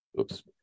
Oops